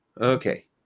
Okay